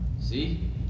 See